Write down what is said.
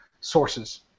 sources